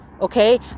Okay